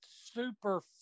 super